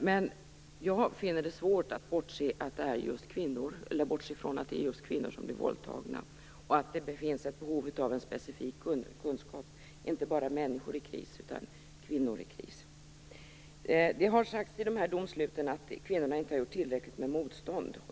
Men jag finner det svårt att bortse från att det är just kvinnor som blir våldtagna och att det finns ett behov av en specifik kunskap, inte bara om människor i kris utan specifikt om kvinnor i kris. Det har sagts i de nämnda domsluten att kvinnorna inte har gjort tillräckligt motstånd.